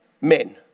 men